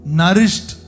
nourished